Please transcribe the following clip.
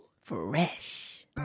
fresh